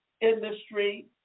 industry